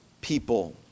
people